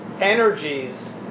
energies